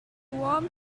warm